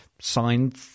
signed